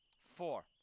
Four